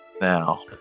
Now